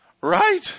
Right